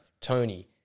Tony